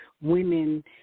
Women